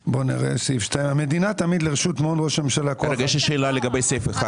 יש לי שאלה לגבי סעיף (1),